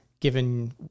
given